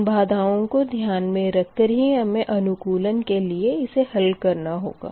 इन बाधाओं को ध्यान मे रख कर ही हमें अनुकूलन के लिए इसे हल करना होगा